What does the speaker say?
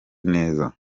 neza